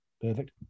Perfect